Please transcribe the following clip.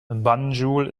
banjul